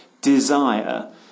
desire